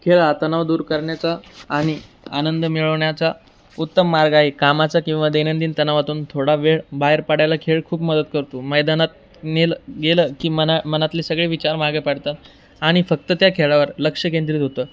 खेळ हा तणाव दूर करण्याचा आणि आनंद मिळवण्याचा उत्तम मार्ग आहे कामाचा किंवा दैनंदिन तणावातून थोडा वेळ बाहेर पाडायला खेळ खूप मदत करतो मैदानात नेलं गेलं की मना मनातले सगळे विचार माहागे पडतात आणि फक्त त्या खेळावर लक्ष केंद्रित होतं